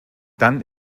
dann